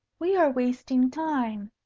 we are wasting time.